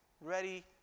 ready